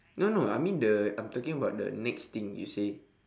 no no I mean the I'm talking about the nex thing you say